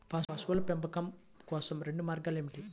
పశువుల పెంపకం కోసం రెండు మార్గాలు ఏమిటీ?